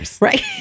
Right